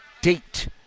date